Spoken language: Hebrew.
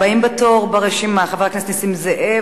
הבאים בתור ברשימה: חבר הכנסת נסים זאב,